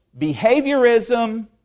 behaviorism